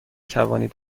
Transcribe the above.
توانید